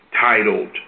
titled